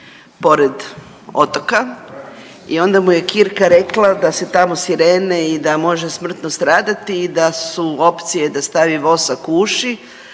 pored otoka i onda mu je Kirka rekla da su tamo sirene i da može smrtno stradati i da su opcije da stavi vosak u uši